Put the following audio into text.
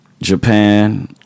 Japan